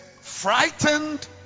Frightened